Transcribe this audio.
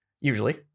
usually